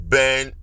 Ben